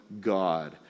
God